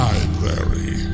Library